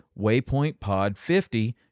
waypointpod50